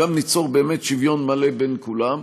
גם ניצור באמת שוויון מלא בין כולם,